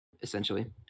essentially